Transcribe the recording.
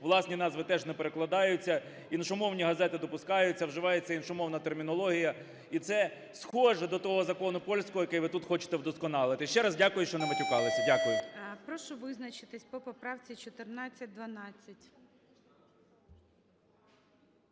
власні назви теж не перекладаються, іншомовні газети допускаються, вживається іншомовна термінологія, і це схоже до того закону польського, який ви тут хочете вдосконалити. Ще раз дякую, що не матюкалися. Дякую. ГОЛОВУЮЧИЙ. Прошу визначитись по поправці 1412.